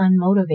unmotivated